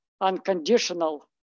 unconditional